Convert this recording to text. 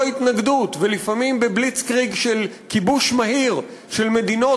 התנגדות ולפעמים בבליץ-קריג של כיבוש מהיר של מדינות,